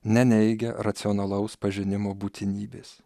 neneigia racionalaus pažinimo būtinybės